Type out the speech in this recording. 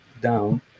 down